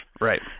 Right